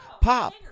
pop